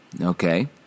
Okay